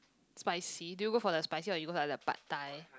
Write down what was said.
spicy do you go for the spicy or you go for like the Pad-Thai